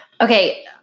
Okay